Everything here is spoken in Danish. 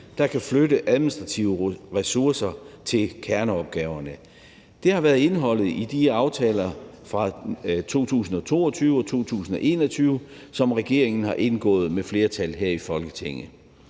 der kan flytte administrative ressourcer til kerneopgaverne. Det har været indholdet i de aftaler fra 2022 og 2021, som regeringen har indgået med flertal her i Folketinget.